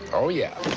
oh, yeah.